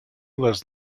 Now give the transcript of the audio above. was